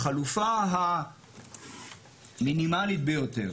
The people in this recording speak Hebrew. החלופה המינימלית ביותר,